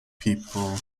people